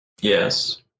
Yes